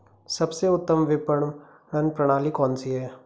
सबसे उत्तम विपणन प्रणाली कौन सी है?